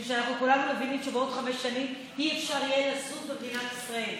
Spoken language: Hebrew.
אנחנו כולנו מבינים שבעוד חמש שנים לא יהיה אפשר לזוז במדינת ישראל,